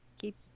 keep